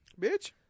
bitch